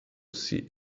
see